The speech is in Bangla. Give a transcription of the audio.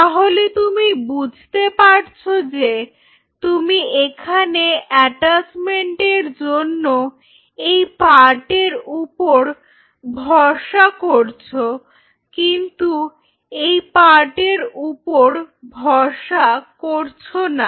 তাহলে তুমি বুঝতে পারছ যে তুমি এখানে অ্যাটাচমেন্ট এর জন্য এই পার্ট এর উপর ভরসা করছো কিন্তু এই পার্ট এর উপর ভরসা করছ না